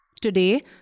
Today